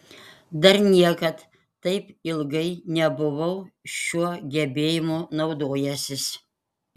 dar niekad taip ilgai nebuvau šiuo gebėjimu naudojęsis